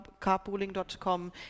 carpooling.com